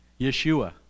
Yeshua